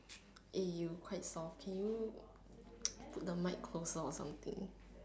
you quite soft can you put the mic closer or something